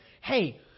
hey